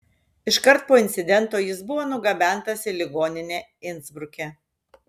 iškart po incidento jis buvo nugabentas į ligoninę insbruke